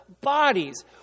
bodies